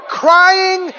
crying